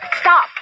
Stop